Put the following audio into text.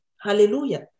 Hallelujah